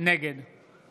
נגד